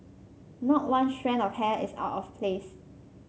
not one strand of hair is out of place